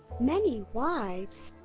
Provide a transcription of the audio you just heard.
many wives?